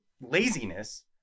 laziness